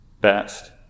best